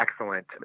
excellent